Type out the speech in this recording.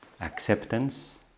acceptance